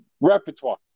Repertoire